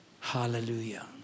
Hallelujah